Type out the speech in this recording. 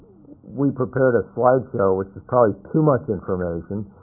we prepared a slideshow, which is probably too much information,